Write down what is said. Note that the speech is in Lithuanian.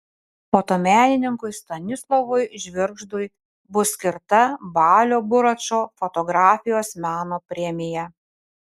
fotomenininkui stanislovui žvirgždui bus skirta balio buračo fotografijos meno premija